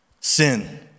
Sin